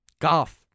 Golf